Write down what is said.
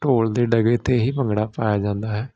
ਢੋਲ ਦੇ ਡਗੇ 'ਤੇ ਹੀ ਭੰਗੜਾ ਪਾਇਆ ਜਾਂਦਾ ਹੈ